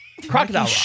Crocodile